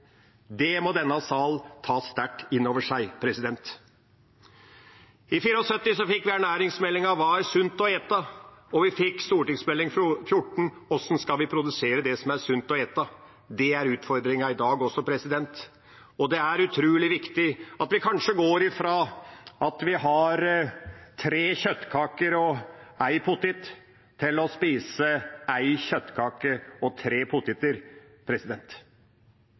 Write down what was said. Det må denne salen ta sterkt inn over seg. I 1975 fikk vi en ernæringsmelding om hva som var sunt å ete – St.meld. nr. 32 for 1975–1976 – og vi fikk en stortingsmelding om hvordan vi skulle produsere det som var sunt å ete – St.meld. nr. 14 for 1976-1977. Det er utfordringa i dag også. Og det er utrolig viktig at vi går fra kanskje å ha tre kjøttkaker og én potet til å spise én kjøttkake og